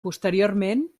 posteriorment